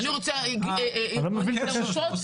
אני לא מבין איך יש קשר.